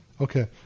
Okay